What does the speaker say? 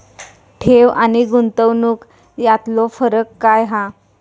ठेव आनी गुंतवणूक यातलो फरक काय हा?